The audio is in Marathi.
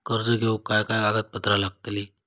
कर्ज घेऊक काय काय कागदपत्र लागतली?